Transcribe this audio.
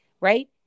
right